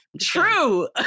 True